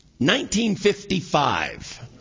1955